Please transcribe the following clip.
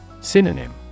Synonym